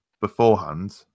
beforehand